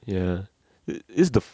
ya is is the